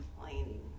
complaining